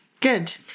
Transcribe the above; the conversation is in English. Good